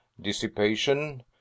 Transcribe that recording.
Dissipation